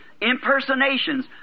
Impersonations